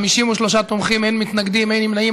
53 תומכים, אין מתנגדים, אין נמנעים.